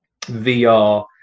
VR